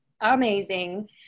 amazing